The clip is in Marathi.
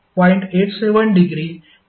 87° A होईल